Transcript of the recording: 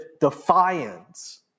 defiance